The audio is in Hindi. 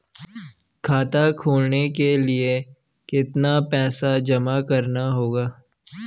खाता खोलने के लिये कितना पैसा जमा करना होगा?